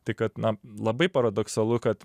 tai kad na labai paradoksalu kad